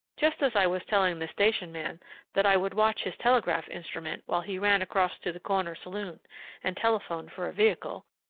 just as i was telling the station man that i would watch his telegraph instrument while he ran across to the corner saloon and telephoned for a vehicle,